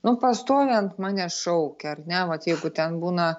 nu pastoviai ant manęs šaukia ar ne vat jeigu ten būna